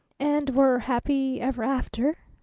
and were happy ever after,